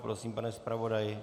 Prosím, pane zpravodaji.